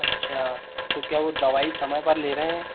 अच्छा तो क्या वो दवाई समय पर ले रहे हैं